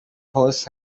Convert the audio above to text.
horse